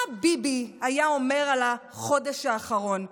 מה ביבי היה אומר על החודש האחרון?